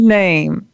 name